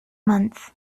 month